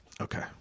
Okay